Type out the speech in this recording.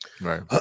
Right